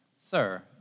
Sir